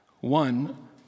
One